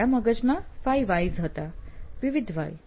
મારા મગજમાં 5 વ્હાયસ હતા વિવિધ વ્હાય